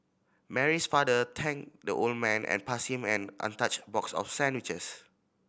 Mary's father thanked the old man and passed him an untouched box of sandwiches